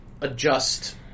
adjust